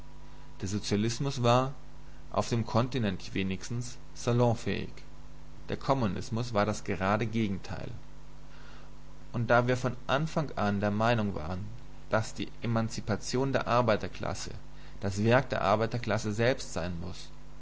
der sozialismus war auf dem kontinent wenigstens salonfähig der kommunismus war das gerade gegenteil und da wir von allem anfang an der meinung waren daß die emanzipation der arbeiterklasse das werk der arbeiterklasse selbst sein muß